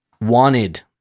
wanted